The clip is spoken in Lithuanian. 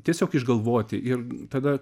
tiesiog išgalvoti ir tada